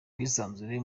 bwisanzure